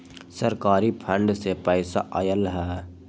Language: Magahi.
सरकारी फंड से पईसा आयल ह?